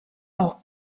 auch